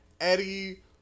Eddie